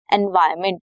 environment